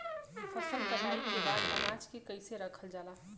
फसल कटाई के बाद अनाज के कईसे रखल जाला?